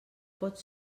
pot